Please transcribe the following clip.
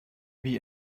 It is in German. wie